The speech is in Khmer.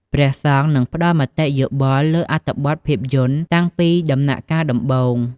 ព្រះសង្ឃនឹងផ្ដល់ មតិយោបល់លើអត្ថបទភាពយន្ត តាំងពីដំណាក់កាលដំបូង។